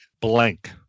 blank